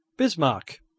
Bismarck